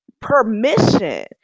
permission